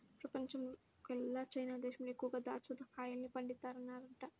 పెపంచంలోకెల్లా చైనా దేశంలో ఎక్కువగా దాచ్చా కాయల్ని పండిత్తన్నారంట